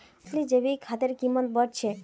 असली जैविक खादेर कीमत बढ़ छेक